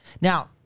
Now